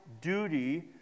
duty